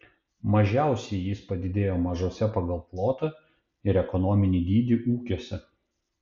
mažiausiai jis padidėjo mažuose pagal plotą ir ekonominį dydį ūkiuose